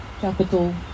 capital